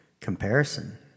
comparison